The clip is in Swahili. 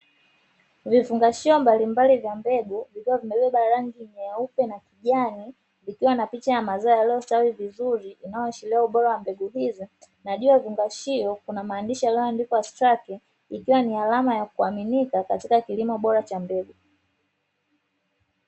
Vifungashio mbalimbali vya mbegu vikiwa vimebeba rangi nyeupe na kijani vikiwa na picha ya mazao yaliyostawi vizuri, yanayoashiria ubora wa mbegu hizo na juu ya vifungashio kuna maandishi yaliyoandikwa "STARKE" ikiwa ni alama ya kuaminika katika kilimo bora cha mbegu.